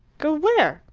go where?